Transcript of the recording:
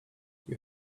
you